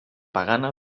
pagana